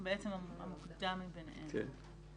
המוקדם מביניהם.